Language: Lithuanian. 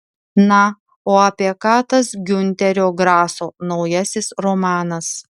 na o apie ką tas giunterio graso naujasis romanas